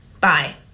Bye